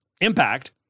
impact